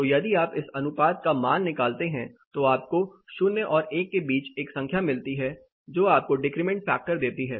तो यदि आप इस अनुपात का मान निकालते हैं तो आपको 0 और 1 के बीच एक संख्या मिलती है जो आपको डेक्रिमेंट फैक्टर देती है